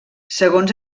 segons